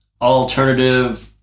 alternative